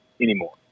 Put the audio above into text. anymore